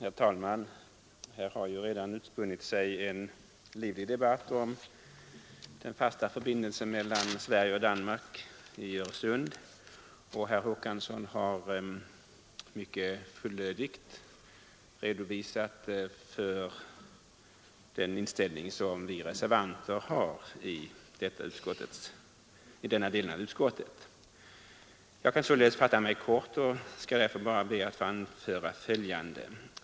Herr talman! Det har ju redan utspunnit sig en livlig debatt om fasta förbindelser mellan Sverige och Danmark via Öresund, och herr Håkansson har mycket fullödigt redovisat den inställning som vi reservanter har i denna del av utskottsbetänkandet. Jag kan således fatta mig kort och skall därför bara be att få anföra följande.